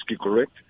correct